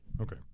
Okay